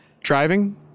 Driving